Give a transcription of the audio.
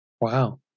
Wow